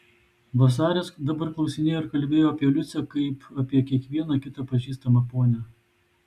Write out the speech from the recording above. vasaris dabar klausinėjo ir kalbėjo apie liucę kaip apie kiekvieną kitą pažįstamą ponią